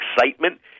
excitement